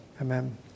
Amen